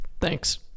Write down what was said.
Thanks